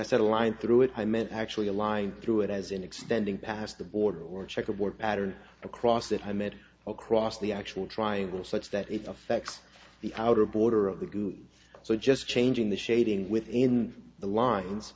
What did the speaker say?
i said a line through it i meant actually a line through it as in extending past the border or checkerboard pattern across that high med across the actual triangle such that it affects the outer border of the goo so just changing the shading within the lines